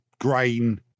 grain